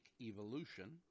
evolution